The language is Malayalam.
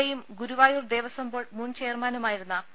എ യും ഗുരുവായൂർ ദേവസ്വം ബോർഡ് മുൻ ചെയർമാനുമായിരുന്ന പി